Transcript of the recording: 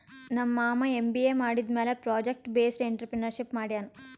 ನಮ್ ಮಾಮಾ ಎಮ್.ಬಿ.ಎ ಮಾಡಿದಮ್ಯಾಲ ಪ್ರೊಜೆಕ್ಟ್ ಬೇಸ್ಡ್ ಎಂಟ್ರರ್ಪ್ರಿನರ್ಶಿಪ್ ಮಾಡ್ಯಾನ್